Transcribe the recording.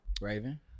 Raven